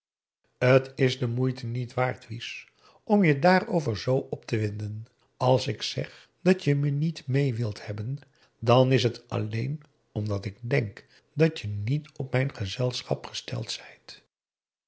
t is de moeite niet waard wies om je daarover zoo op te winden als ik zeg dat je me niet mee wilt hebben dan is het alleen omdat ik denk dat je niet op mijn gezelschap gesteld zijt